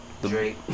Drake